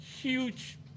huge